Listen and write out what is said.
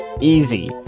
easy